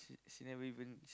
she never even she